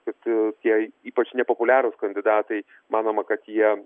kad tie ypač nepopuliarūs kandidatai manoma kad jie